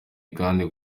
kandi